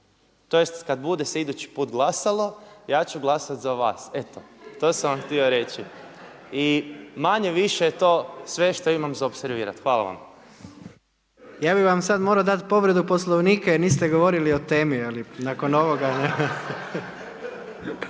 tj. kada bude se idući put glasalo ja ću glasati za vas. Eto, to sam vam htio reći. I manje-više je to sve što imam za opservirati. Hvala vam. **Jandroković, Gordan (HDZ)** Ja bih vam sada morao dati povredu Poslovnika jer niste govorili o temi ali nakon ovoga